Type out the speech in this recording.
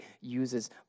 uses